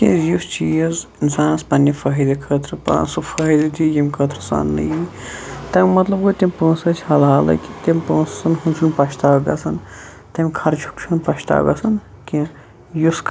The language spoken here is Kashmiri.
تکیازٕ یُس چیٖز اِنسانَس پَننہٕ فٲیِدٕ خٲطرٕ سُہ فٲیِدٕ دی یمہِ خٲطرٕ سُہ اَننہٕ یِی تمہ مَطلَب گوٚو تِم پونٛسہٕ ٲسۍ حَلحَالٕکۍ تِم پونٛسَن ہُنٛد چھُن پَشتاو گَژھان تمہِ خَرچُک چھُ نہِ پَشتاو گَژھان کینٛہہ یُس